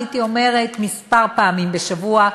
הייתי אומרת כמה פעמים בשבוע,